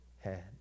head